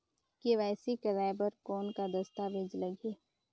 KYC कराय बर कौन का दस्तावेज लगही?